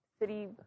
city